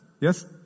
Yes